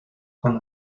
con